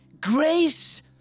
Grace